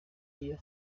iyo